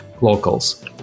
locals